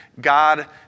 God